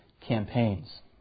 campaigns